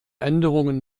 änderungen